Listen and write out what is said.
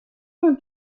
اون